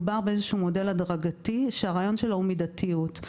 מדובר באיזשהו מודל הדרגתי שהרעיון שלו הוא מידתיות.